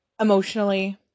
emotionally